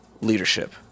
leadership